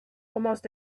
almost